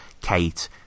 Kate